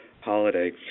holiday